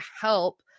help